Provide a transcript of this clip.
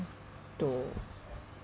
to